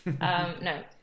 No